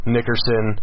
Nickerson